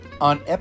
On